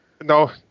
No